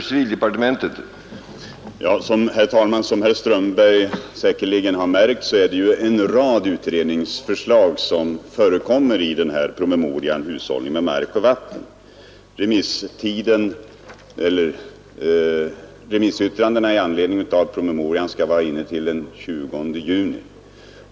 Herr talman! Som herr Strömberg säkerligen har märkt förekommer en rad utredningsförslag i promemorian ”Hushållning med mark och vatten”. Remissyttrandena med anledning av promemorian skall vara inne till den 20 juni.